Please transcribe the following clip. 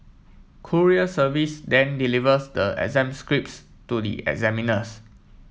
courier service then delivers the exam scripts to the examiners